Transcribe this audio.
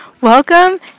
Welcome